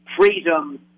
freedom